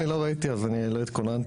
אני לא ראיתי אז אני לא התכוננתי,